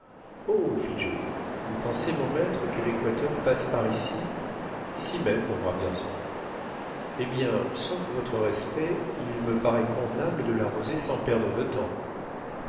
joe vous pensez mon maître que léquateur passe par ici ici même mon brave garçon eh bien sauf votre respect il me paraît convenable de l'arroser sans perdre de temps